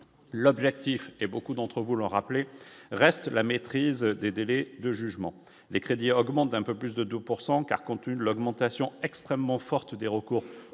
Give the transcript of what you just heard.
l'objectif et beaucoup d'entre vous le rappeler, reste la maîtrise des délais de jugement les crédits augmentent d'un peu plus de 2 pourcent car quand une l'augmentation extrêmement forte des recours